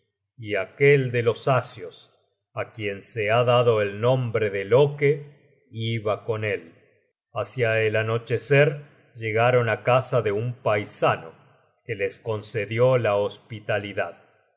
y aquel delos asios á quien se ha dado el nombre de loke iba con él hácia el anochecer llegaron á casa de un paisano que les concedió la hospitalidad